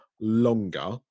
longer